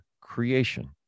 creation